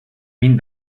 min